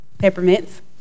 Peppermints